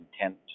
intent